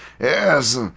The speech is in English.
Yes